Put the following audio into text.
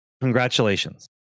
Congratulations